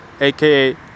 aka